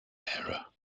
error